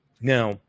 Now